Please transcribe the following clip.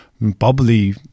bubbly